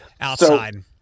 outside